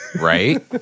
right